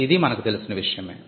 ఇదీ మనకు తెలిసిన విషయమే